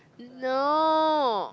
no